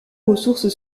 ressources